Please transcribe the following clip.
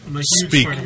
Speak